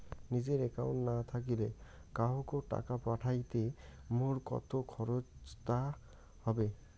নিজের একাউন্ট না থাকিলে কাহকো টাকা পাঠাইতে মোর কতো খরচা হবে?